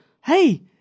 hey